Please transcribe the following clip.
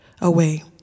away